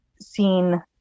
seen